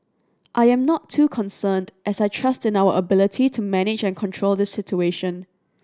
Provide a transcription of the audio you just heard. I am not too concerned as I trust in our ability to manage and control this situation